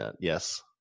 yes